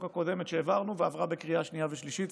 הקודמת שהעברנו ועברה בקריאה שנייה ושלישית,